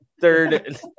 Third